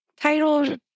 title